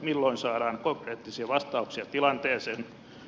milloin saadaan konkreettisia vastauksia tilanteeseen